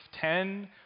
ten